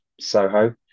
Soho